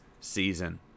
season